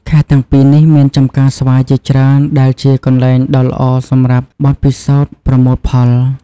ខេត្តទាំងពីរនេះមានចម្ការស្វាយជាច្រើនដែលជាកន្លែងដ៏ល្អសម្រាប់បទពិសោធន៍ប្រមូលផល។